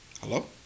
Hello